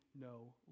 no